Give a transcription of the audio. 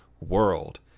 world